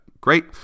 great